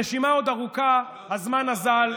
הרשימה עוד ארוכה והזמן אזל.